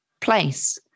place